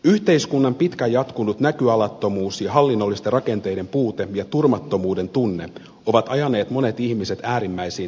yhteiskunnan pitkään jatkunut näköalattomuus ja hallinnollisten rakenteiden puute ja turvattomuuden tunne ovat ajaneet monet ihmiset äärimmäisiin tekoihin